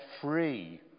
free